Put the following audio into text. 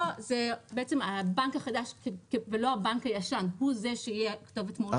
בעצם הבנק החדש ולא הבנק הישן הוא זה שיהיה כתובת מולו.